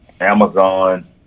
Amazon